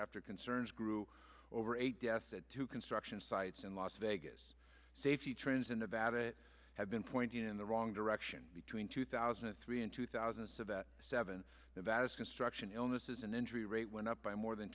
after concerns grew over eight deaths at two construction sites in las vegas safety trends in the vatican have been pointing in the wrong direction between two thousand and three and two thousand and seven the vast construction illnesses and injury rate went up by more than